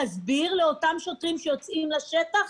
להסביר לאותם שוטרים שיוצאים לשטח: